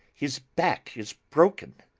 his back is broken.